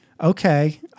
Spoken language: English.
okay